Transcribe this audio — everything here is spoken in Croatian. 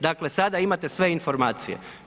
Dakle sada imate sve informacije.